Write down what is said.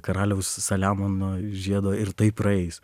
karaliaus saliamono žiedo ir tai praeis